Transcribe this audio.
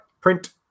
print